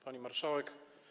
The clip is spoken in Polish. Pani Marszałek!